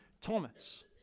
Thomas